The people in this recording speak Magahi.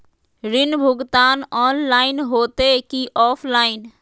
ऋण भुगतान ऑनलाइन होते की ऑफलाइन?